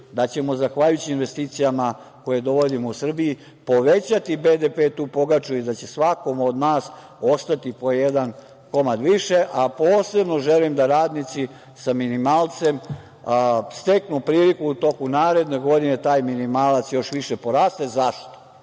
da ćemo zahvaljujući investicijama, koje dovodimo u Srbiju, povećati BDP, tu pogaču i da će svakome od nas ostati po jedan komad više, a posebno želim da radnici sa minimalcem steknu priliku da u toku naredne godine taj minimalac još više poraste. Zašto?